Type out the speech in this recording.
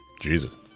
Jesus